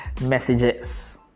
messages